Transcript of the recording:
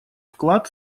вклад